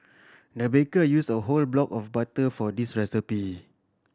the baker use a whole block of butter for this recipe